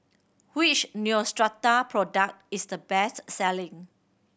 which Neostrata product is the best selling